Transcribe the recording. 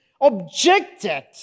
objected